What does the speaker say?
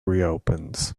reopens